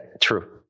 true